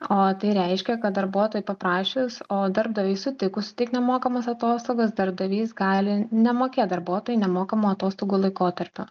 o tai reiškia kad darbuotojui paprašius o darbdaviui sutikus suteikt nemokamas atostogas darbdavys gali nemokėt darbuotojui nemokamų atostogų laikotarpio